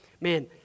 man